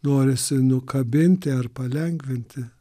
norisi nukabinti ar palengvinti